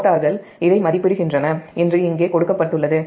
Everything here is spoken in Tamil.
மோட்டார்கள் இதை மதிப்பிடுகின்றன என்று இங்கே கொடுக்கப்பட்டுள்ளது